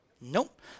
Nope